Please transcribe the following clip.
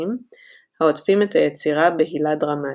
מתמשכים העוטפים את היצירה בהילה דרמטית.